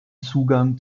zugang